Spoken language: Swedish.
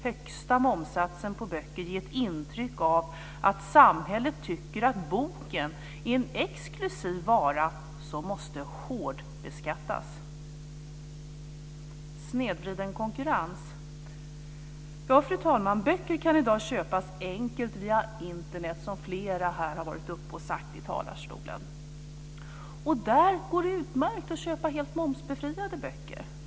Högsta momssatsen på böcker ger ett intryck av att samhället tycker att boken är en exklusiv vara som måste hårdbeskattas. Snedvriden konkurrens. Ja, fru talman, böcker kan i dag köpas enkelt via Internet, som flera har sagt i talarstolen. Där går det utmärkt att köpa helt momsbefriade böcker.